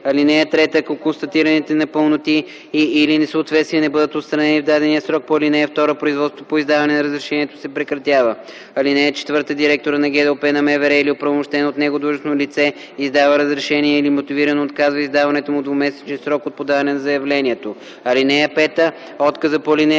тече. (3) Ако констатираните непълноти и/или несъответствия не бъдат отстранени в дадения срок по ал. 2, производството по издаване на разрешението се прекратява. (4) Директорът на ГДОП на МВР или оправомощено от него длъжностно лице издава разрешение или мотивирано отказва издаването му в двумесечен срок от подаване на заявлението. (5) Отказът по ал.